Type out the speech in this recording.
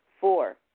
Four